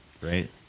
right